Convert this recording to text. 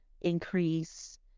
increase